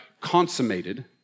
Consummated